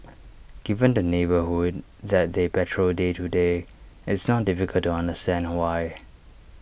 given the neighbourhood that they patrol day to day it's not difficult to understand why